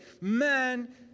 man